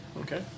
Okay